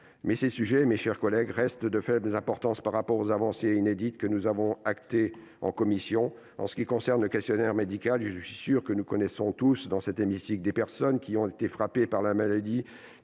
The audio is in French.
! Ces sujets, mes chers collègues, restent de faible importance, au regard des avancées inédites que nous avons actées en commission s'agissant du questionnaire médical. Je suis sûr que nous connaissons tous ici des personnes qui ont été frappées par la maladie